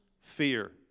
fear